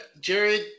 Jared